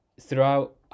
throughout